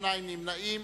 שני נמנעים.